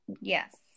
Yes